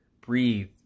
Breathe